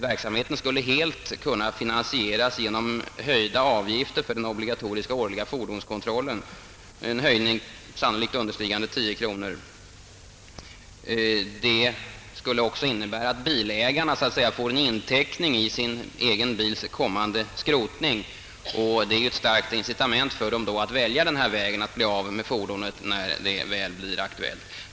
Verksamheten skulle helt kunna finansieras med höjda avgifter för den obligatoriska årliga fordonskontrollen genom en höjning sannolikt understigande 10 kronor. Det skulle också innebära att bilägarna så att säga får en inteckning i sin egen bils kommande skrotning, och detta är ett starkt incitament för dem att välja denna väg att bli av med fordonet, när det väl blir aktuellt.